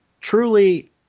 truly